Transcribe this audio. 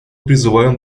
призываем